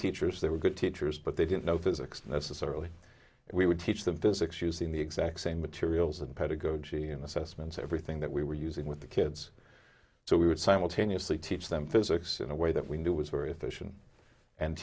teachers they were good teachers but they didn't know physics necessarily we would teach the visits using the exact same materials and pedagogy and assessments everything that we were using with the kids so we would simultaneously teach them physics in a way that we knew was very efficient and